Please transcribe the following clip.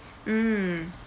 mm